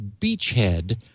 beachhead